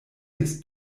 ist